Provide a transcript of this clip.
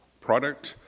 product